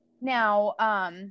Now